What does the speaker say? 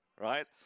right